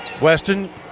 Weston